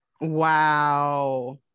Wow